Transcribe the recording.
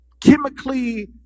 chemically